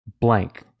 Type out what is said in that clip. blank